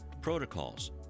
protocols